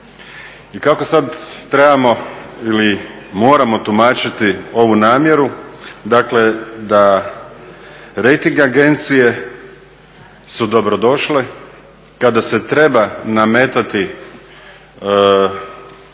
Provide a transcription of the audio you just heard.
I kako sada trebamo ili moramo tumačiti ovu namjeru, dakle da rejting agencije su dobrodošle kada se treba nametati